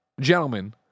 Gentlemen